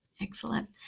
Excellent